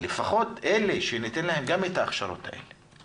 ניתן להם את ההכשרות האלה.